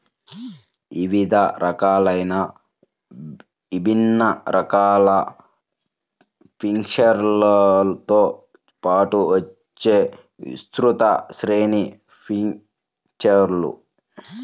వివిధ రకాలైన విభిన్న రకాల ఫీచర్లతో పాటు వచ్చే విస్తృత శ్రేణి ఫీచర్లు